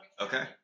Okay